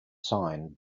signed